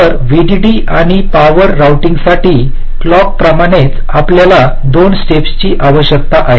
तर व्हीडीडी आणि power routing साठी क्लॉक प्रमाणेच आपल्याला दोन स्टेप्स ची आवश्यकता आहे